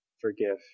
forgive